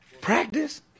Practice